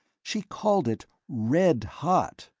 she called it red hot.